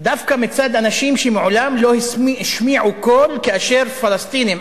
דווקא מצד אנשים שמעולם לא השמיעו קול כאשר פלסטינים,